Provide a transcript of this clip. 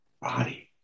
body